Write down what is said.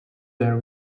their